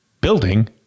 Building